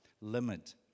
limit